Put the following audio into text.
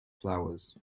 flowers